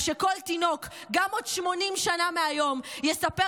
ושגם בעוד 80 שנה מהיום כל תינוק יספר